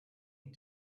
and